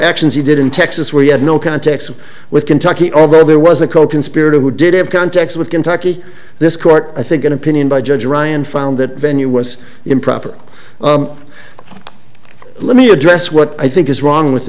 actions he did in texas where he had no contacts with kentucky although there was a coconspirator who did have contacts with kentucky this court i think an opinion by judge ryan found that venue was improper let me address what i think is wrong with the